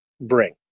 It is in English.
bring